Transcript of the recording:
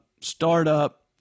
startup